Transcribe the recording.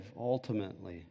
ultimately